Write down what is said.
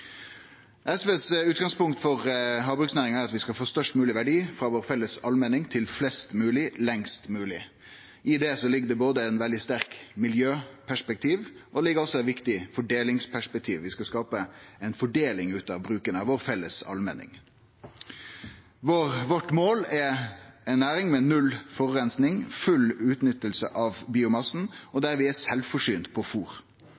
vår, til flest mogleg, lengst mogleg. I det ligg det både eit veldig sterkt miljøperspektiv og eit viktig fordelingsperspektiv – vi skal skape ei fordeling av bruken av den felles allmenningen vår. Vårt mål er ei næring med null forureining, full utnytting av biomassen og der vi er sjølvforsynte på